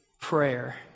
prayer